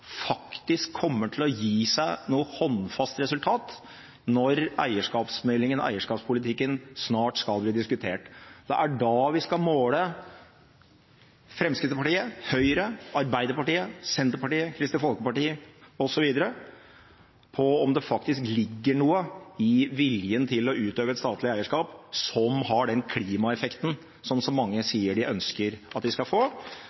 faktisk kommer til å gi noe håndfast resultat når eierskapsmeldingen og eierskapspolitikken snart skal bli diskutert. Det er da vi skal måle Fremskrittspartiet, Høyre, Arbeiderpartiet, Senterpartiet, Kristelig Folkeparti osv. på om det faktisk ligger noe i viljen til å utøve et statlig eierskap som har den klimaeffekten som så mange sier de ønsker at det skal få.